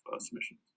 submissions